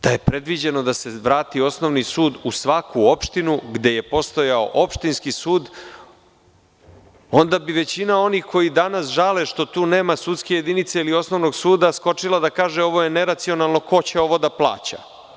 Da je predviđeno da se vrati osnovni sud u svaku opštinu gde je postojao opštinski sud, onda bi većina onih koji danas žale što tu nema sudske jedinice ili osnovnog suda skočila da kaže ovo je neracionalno, ko će ovo da plaća.